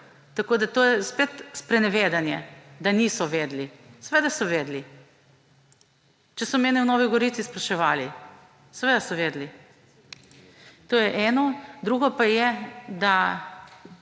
To je spet sprenevedanje, da niso vedeli. Seveda so vedeli. Če so mene v Novi Gorici spraševali, seveda so vedeli. To je eno. Drugo pa je,